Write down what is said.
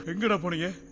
get up but yeah